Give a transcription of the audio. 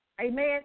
Amen